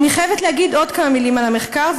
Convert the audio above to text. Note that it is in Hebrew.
אני חייבת להגיד עוד כמה מילים על המחקר,